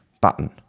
button